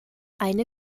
eine